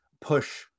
push